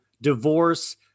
divorce